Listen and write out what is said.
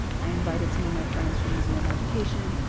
i invited some of my friends from museum education,